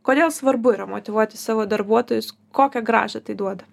kodėl svarbu yra motyvuoti savo darbuotojus kokią grąžą tai duoda